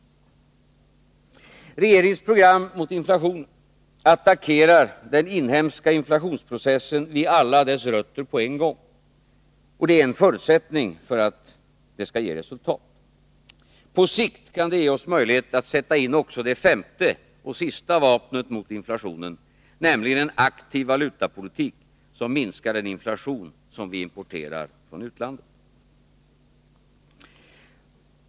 Regeringens program mot inflationen attackerar den inhemska inflationsprocessen vid alla dess rötter på en gång — och det är en förutsättning för att det skall ge resultat. På sikt kan det ge oss möjlighet att sätta in också det femte och sista vapnet mot inflationen, nämligen en aktiv valutapolitik som minskar den inflation som vi importerar från utlandet.